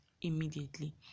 immediately